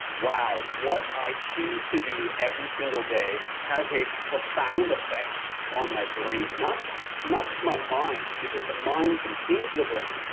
wow, what i choose to do every single day has a profound effect on my brain. not just not just my mind because the mind can change the brain,